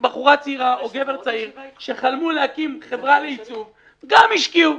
בחורה צעירה או גבר צעיר שחלמו להקים חברה לעיצוב גם השקיעו.